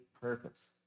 purpose